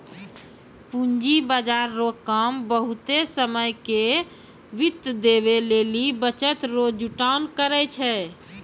पूंजी बाजार रो काम बहुते समय के वित्त देवै लेली बचत रो जुटान करै छै